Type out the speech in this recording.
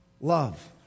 love